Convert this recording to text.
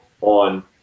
on